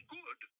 good